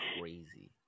crazy